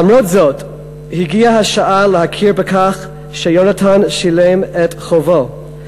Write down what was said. למרות זאת הגיעה השעה להכיר בכך שיונתן שילם את חובו.